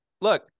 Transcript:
look